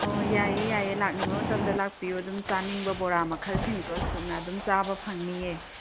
ꯑꯣ ꯌꯥꯏꯌꯦ ꯌꯥꯏꯌꯦ ꯂꯥꯛꯅꯤꯡꯕ ꯃꯇꯝꯗ ꯂꯥꯛꯄꯤꯌꯣ ꯑꯗꯨꯝ ꯆꯥꯅꯤꯡꯕ ꯕꯣꯔꯥ ꯃꯈꯜꯁꯤꯡꯗꯣ ꯁꯨꯅ ꯑꯗꯨꯝ ꯆꯥꯕ ꯐꯪꯅꯤꯌꯦ